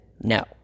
no